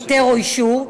היתר או אישור,